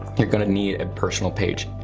you're gonna need a personal page,